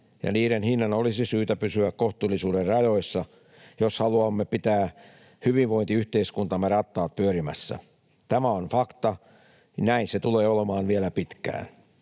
ja niiden hinnan olisi syytä pysyä kohtuullisuuden rajoissa, jos haluamme pitää hyvinvointiyhteiskuntamme rattaat pyörimässä. Tämä on fakta, näin se tulee olemaan vielä pitkään.